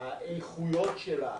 האיכויות שלה